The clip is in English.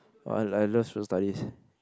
oh I I love Social Studies